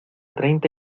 treinta